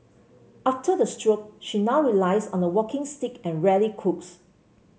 after the stroke she now relies on a walking stick and rarely cooks